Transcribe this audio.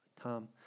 Tom